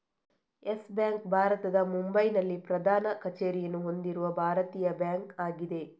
Yes Bank ಭಾರತದ ಮುಂಬೈನಲ್ಲಿ ಪ್ರಧಾನ ಕಚೇರಿಯನ್ನು ಹೊಂದಿರುವ ಭಾರತೀಯ ಬ್ಯಾಂಕ್ ಆಗಿದೆ